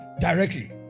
directly